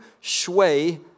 shui